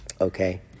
Okay